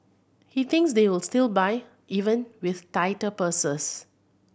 he thinks they will still buy even with tighter purses